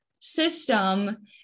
system